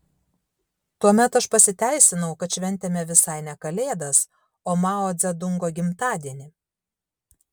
tuomet aš pasiteisinau kad šventėme visai ne kalėdas o mao dzedungo gimtadienį